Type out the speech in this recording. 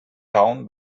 down